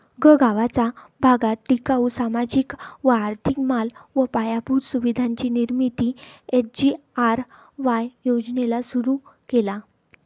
गगावाचा भागात टिकाऊ, सामाजिक व आर्थिक माल व पायाभूत सुविधांची निर्मिती एस.जी.आर.वाय योजनेला सुरु केला